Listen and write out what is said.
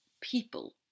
people